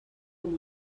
com